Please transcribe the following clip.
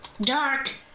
Dark